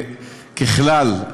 ככלל,